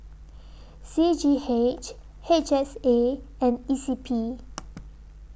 C G H H S A and E C P